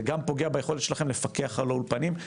זה גם פוגע ביכולת שלכם לפקח על האולפנים,